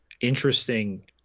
interesting